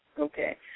Okay